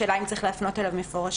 השאלה אם צריך להפנות אליו מפורשות.